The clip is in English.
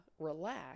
relax